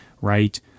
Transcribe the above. right